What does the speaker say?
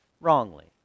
wrongly